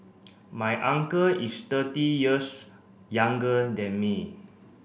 my uncle is thirty years younger than me